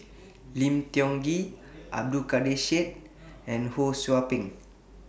Lim Tiong Ghee Abdul Kadir Syed and Ho SOU Ping